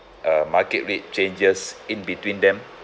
uh market rate changes in between them